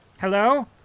Hello